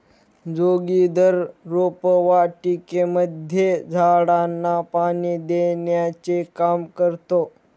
जोगिंदर रोपवाटिकेमध्ये झाडांना पाणी देण्याचे काम करतो